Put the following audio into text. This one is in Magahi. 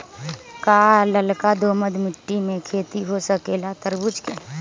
का लालका दोमर मिट्टी में खेती हो सकेला तरबूज के?